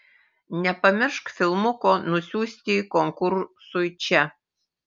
nepamiršk filmuko nusiųsti konkursui čia